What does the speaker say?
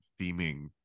theming